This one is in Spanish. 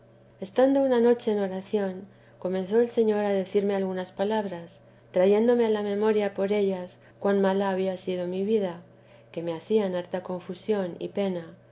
estando una noche en oración comenzó el señor a decirme algunas palabras y trayéndome a la memoria por ellas cuan mala había sido mi vida que me hacían harta confusión y pena